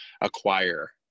acquire